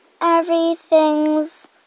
everything's